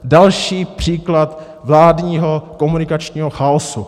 Další příklad vládního komunikačního chaosu.